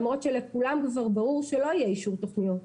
למרות שלכולם כבר ברור שלא יהיה אישור תוכניות,